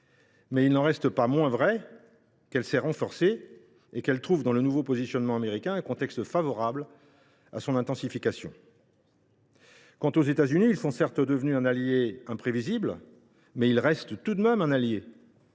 mais il n’en reste pas moins vrai qu’elle s’est renforcée et qu’elle trouve dans le nouveau positionnement américain un contexte favorable à son intensification. Quant aux États Unis, ils sont certes devenus un allié imprévisible, mais ils restent tout de même un allié.